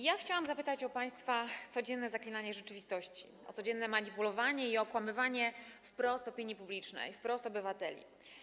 Ja chciałam zapytać o państwa codzienne zaklinanie rzeczywistości, o codzienne manipulowanie i okłamywanie wprost opinii publicznej, wprost obywateli.